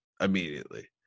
immediately